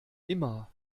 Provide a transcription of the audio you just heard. immer